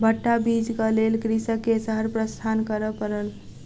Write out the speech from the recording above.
भट्टा बीजक लेल कृषक के शहर प्रस्थान करअ पड़ल